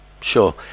Sure